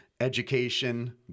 education